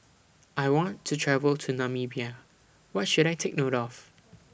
I want to travel to Namibia What should I Take note of